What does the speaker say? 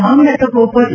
તમામ બેઠકો ઉપર ઈ